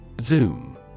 Zoom